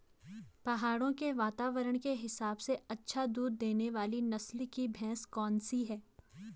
पहाड़ों के वातावरण के हिसाब से अच्छा दूध देने वाली नस्ल की भैंस कौन सी हैं?